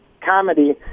comedy